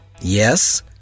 Yes